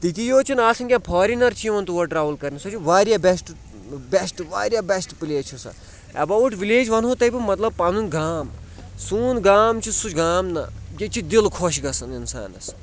تِتی یوت چھُنہٕ آسن کینٛہہ فارِنَر چھِ یِوان تور ٹرٛیوٕل کَرنہٕ سۄ چھِ واریاہ بیشٹ بیشٹ واریاہ بیشٹ پٕلیس چھِ سۄ اٮ۪باوُٹ وِلیج وَنہو تۄہہِ بہٕ مطلب پَنُن گام سون گام چھُ سُہ چھُ گام نہ ییٚتہِ چھِ دِل خۄش گَژھان اِنسانَس